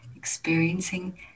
experiencing